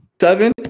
seven